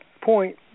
point